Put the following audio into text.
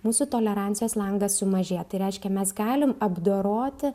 mūsų tolerancijos langas sumažėja tai reiškia mes galim apdoroti